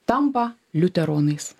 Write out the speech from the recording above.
tampa liuteronais